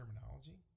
terminology